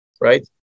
right